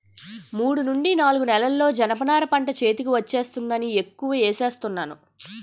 మూడు నుండి నాలుగు నెలల్లో జనప నార పంట చేతికి వచ్చేస్తుందని ఎక్కువ ఏస్తున్నాను